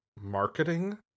marketing